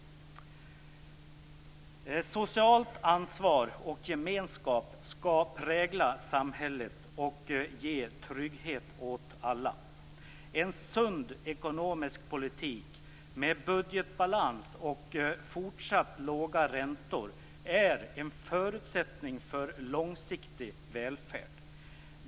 Socialt ansvar och gemenskap skall prägla samhället och ge trygghet åt alla. En sund ekonomisk politik med budgetbalans och fortsatt låga räntor är en förutsättning för långsiktig välfärd.